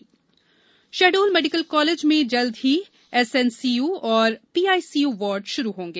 बच्चे उपचार Shahdol medical college में जल्द ही एसएनसीयू और पीआईसीयू वार्ड शुरु होंगे